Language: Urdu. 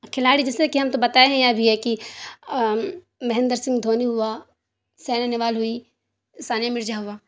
اور کھلاڑی جیسے کہ ہم تو بتائے ہیں ابھی یہ کہ مہندر سنگھ دھونی ہوا سائنا نہوال ہوئی سانیا مرزا ہوا